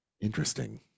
interesting